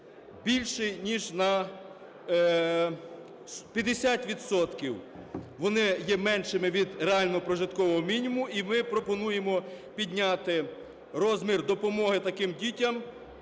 більше ніж на 50 відсотків. Вони є меншими від реального прожиткового мінімум. І ми пропонуємо підняти розмір допомоги таким дітям,